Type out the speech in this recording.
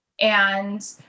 And-